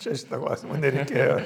čia šito klausimo nereikėjo